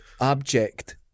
abject